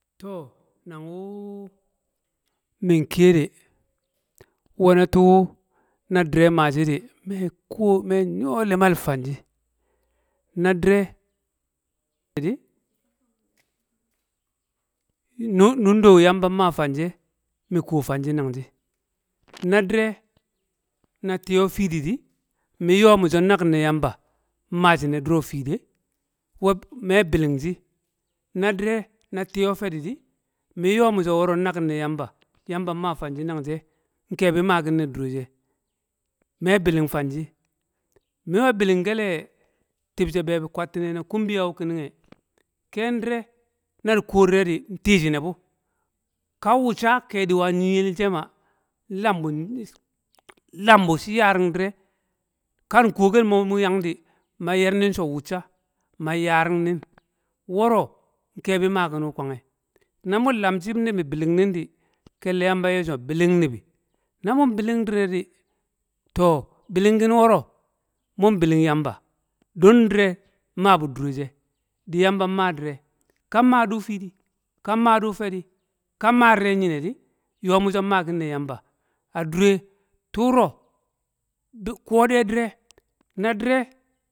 To, Nanguu min kiye de, nwe na tuu na dire maa shi di, me kuwo mo nyo limel fan sho, na dire di nu- nunde yamba nmaa fan shi e, mi kuwo fan shi nan shi, na diri na tiyo fiidi di, min yo mi so nnakin ne yamba, maa shine duro fiidi ē, we- me biling shi, na dire we na tiyo fedi di min yo miso woro nnakin ne yamba, yamba nmaa fanshi nang shi ē, nkebi makin ne dure she, me biling fanshi, mi we biling kele tib she bebi kwattine na kumbiyaa wu kiring ngye, ken diro na di kol we dire di, nti shir ē bu, ka wocca, kedu we a nyile she ma, berebu shi yaring dire. Kan kuwo kel mo mu yang di, man yer nin so wucca, man yaring nin, woro, nkebi maakin wu kwangye. Na mun lamshi nibi biling nin di, kei le yamba nye so, biling nibi, na mun biling dire di, to, biling woro, mun bilin gamba don dire mmabu dure she, di yamba nma dire, nmabu dure she, di yamba nma dire, kan ma di wu fiidi, kan ma di wu fedi, kan maa dire nyine di, ye mu so nmaa kin na yamba, a dure tuuro kuwo de dire, na dire.